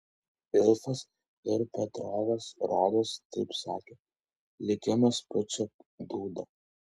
ilfas ir petrovas rodos taip sakė likimas pučia dūdą